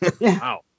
wow